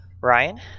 Ryan